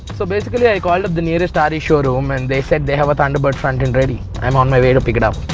so basically i call up the nearest ah re showroom and they said they have a thunderbird front-end ready. i'm on my way to pick it up!